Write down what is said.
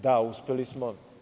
Da, uspeli smo.